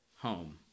home